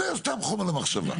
זה סתם חומר למחשבה.